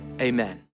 amen